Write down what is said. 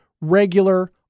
regular